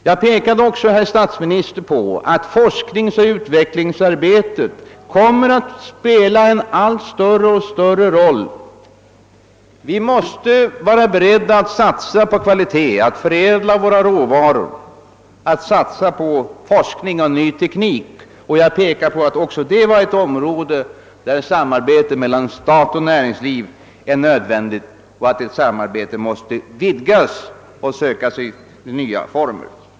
Jag framhöll också att forskningsoch utvecklingsarbetet kommer att spela en allt större roll. Vi måste vara beredda att satsa på kvalitet, på hög förädling av våra råvaror, på forskning och ny teknik. Detta är, sade jag, ett område där ett samarbete mellan stat och näringsliv är nödvändigt, ett samarbete som måste utbyggas och söka sig nya former.